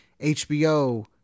HBO